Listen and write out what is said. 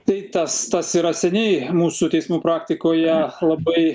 tai tas tas yra seniai mūsų teismų praktikoje labai